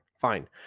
fine